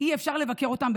אי-אפשר לבקר אותם.